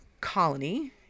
colony